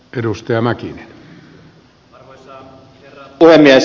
arvoisa herra puhemies